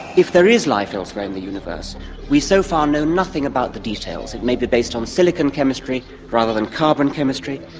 if there is life elsewhere in the universe we so far know nothing about the details. it may be based on silicone chemistry rather than carbon chemistry,